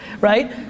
Right